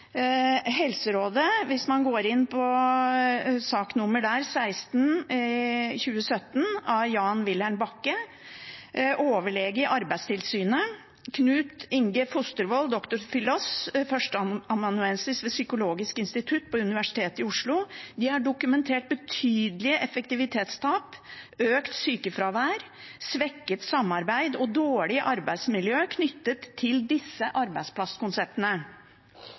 Helserådet, nr. 16/17, har Jan Vilhelm Bakke, overlege i Arbeidstilsynet, og Knut Inge Fostervold, dr.psychol. og førsteamanuensis ved Psykologisk institutt ved Universitetet i Oslo, dokumentert betydelige effektivitetstap, økt sykefravær, svekket samarbeid og dårlig arbeidsmiljø knyttet til disse